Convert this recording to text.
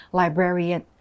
librarian 。